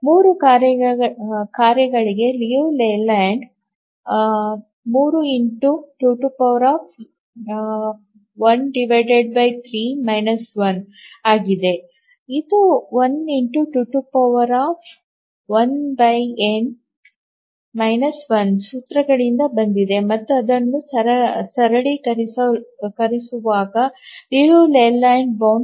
3 ಕಾರ್ಯಗಳಿಗೆ Liu Layland 3 ಆಗಿದೆ ಇದು n ಸೂತ್ರಗಳಿಂದ ಬಂದಿದೆ ಮತ್ತು ಅದನ್ನು ಸರಳೀಕರಿಸುವಾಗ ಲಿಯು ಲೇಲ್ಯಾಂಡ್ ಬೌಂಡ್ ಕಂಡುಬರುತ್ತದೆ 0